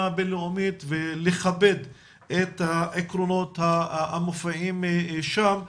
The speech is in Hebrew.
הבינלאומית ולכבד את העקרונות המופיעים שם.